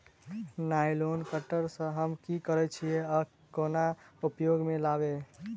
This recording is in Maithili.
नाइलोन कटर सँ हम की करै छीयै आ केना उपयोग म लाबबै?